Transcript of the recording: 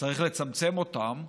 שצריך לצמצם אותם,